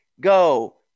go